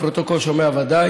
הפרוטוקול ודאי